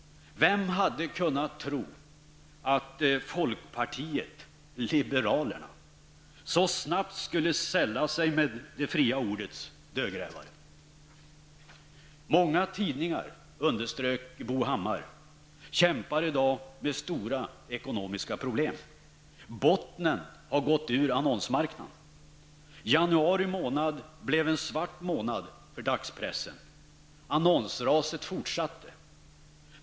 Vem hade kunnat tro att folkpartiet liberalerna så snabbt skulle sälla sig till det fria ordets dödgrävare? Många tidningar, underströk Bo Hammar, kämpar i dag med stora ekonomiska problem. Bottnen har gått ur annonsmarknaden. Januari månad ble ven svart månad för dagspressen. Annonsraset fortsatte.